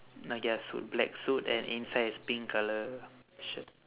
ah yes suit black suit and inside is pink colour shirt